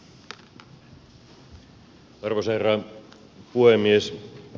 arvoisa herra puhemies